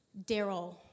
Daryl